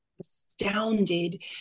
astounded